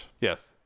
Yes